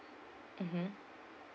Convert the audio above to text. mmhmm